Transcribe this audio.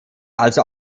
also